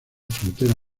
frontera